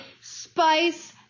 spice